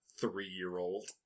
three-year-old